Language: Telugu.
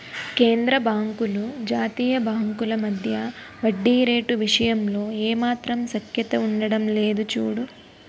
కేంద్రబాంకులు జాతీయ బాంకుల మధ్య వడ్డీ రేటు విషయంలో ఏమాత్రం సఖ్యత ఉండడం లేదు చూడు